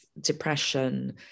depression